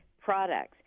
products